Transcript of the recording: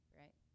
right